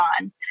on